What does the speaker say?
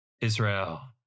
Israel